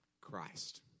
Christ